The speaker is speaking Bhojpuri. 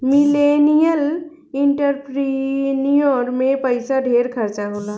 मिलेनियल एंटरप्रिन्योर में पइसा ढेर खर्चा होला